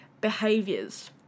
behaviors